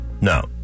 No